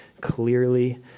clearly